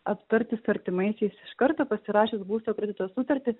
aptarti su artimaisiais iš karto pasirašius būsto kredito sutartį